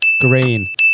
green